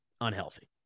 unhealthy